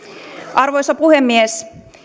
arvoisa puhemies